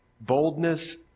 boldness